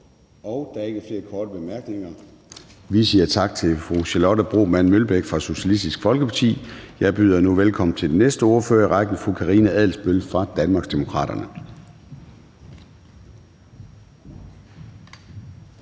Og der er ikke flere korte bemærkninger. Vi siger tak til fru Charlotte Broman Mølbæk fra Socialistisk Folkeparti. Jeg byder nu velkommen til den næste ordfører i rækken, fru Karina Adsbøl fra Danmarksdemokraterne.